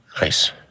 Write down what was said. Nice